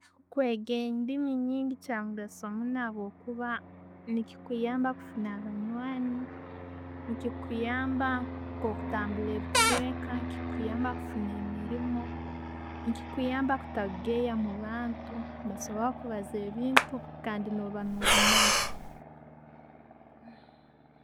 Kwega endiimi nyiingi kyamugaso munno habwokuba nechikuyamba kufuna abanyani, nechikuyamba nk'kutumbala ebichweka, nechikuyamba kufuna emirimu, nechikuyamba butakugeya omu bantu, ne basobora kuba nebabaza ebintu kanti no'ba norumanya.